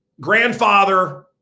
grandfather